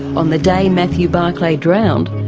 on the day matthew barclay drowned,